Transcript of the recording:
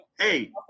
Hey